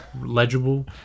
legible